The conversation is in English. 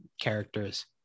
characters